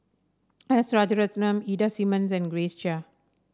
S Rajaratnam Ida Simmons and Grace Chia